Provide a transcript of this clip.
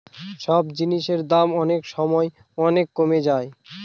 সব জিনিসের দাম অনেক সময় অনেক কমে যায়